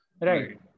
Right